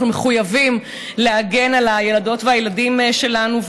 אנחנו מחויבים להגן על הילדות והילדים שלנו,